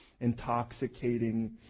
intoxicating